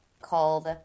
called